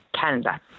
Canada